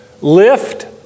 Lift